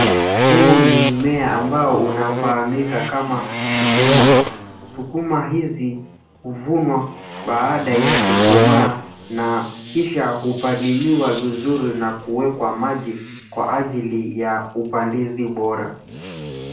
Huu ni mmea ambao unafahamika kama sukuma. Sukuma hizi huvunwa baada ya kukomaa, na kisha hupaliliwa vizuri na kuekwa maji, kwa ajili ya upandizi bora.